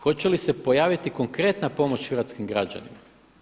Hoće li se pojaviti konkretna pomoć hrvatskim građanima?